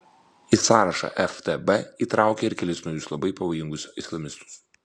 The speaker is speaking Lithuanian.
į sąrašą ftb įtraukė ir kelis naujus labai pavojingus islamistus